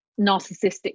narcissistic